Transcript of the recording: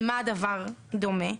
למה הדבר דומה.